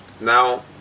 Now